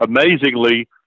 Amazingly